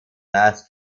last